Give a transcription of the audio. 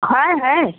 है है